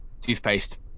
Toothpaste